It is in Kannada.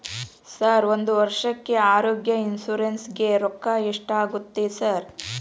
ಸರ್ ಒಂದು ವರ್ಷಕ್ಕೆ ಆರೋಗ್ಯ ಇನ್ಶೂರೆನ್ಸ್ ಗೇ ರೊಕ್ಕಾ ಎಷ್ಟಾಗುತ್ತೆ ಸರ್?